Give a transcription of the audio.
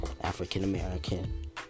African-American